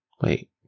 Wait